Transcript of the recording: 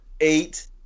eight